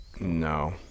No